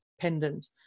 pendant